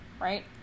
Right